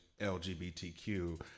LGBTQ